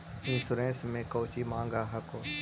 Insurance मे कौची माँग हको?